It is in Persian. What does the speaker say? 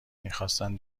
میخواستند